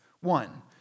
One